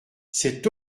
cet